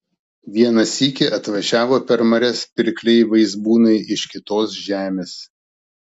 vieną sykį atvažiavo per marias pirkliai vaizbūnai iš kitos žemės